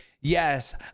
yes